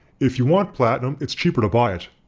if you want platinum, it's cheaper to buy it.